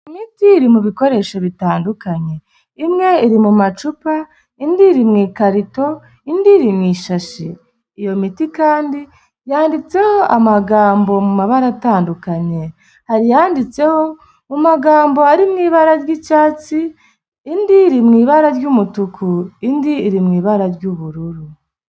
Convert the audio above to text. Imiti iri mu bikoresho bitandukanye imwe iri mu macupa indi iri mu ikarito indi iri mu ishashi iyo miti kandi yanditseho amagambo mu mabara atandukanye hari iyanditseho mu magambo ari mu ibara ry'icyatsi indi iri mu ibara ry'umutuku indi iri mu ibara ry'ubururu.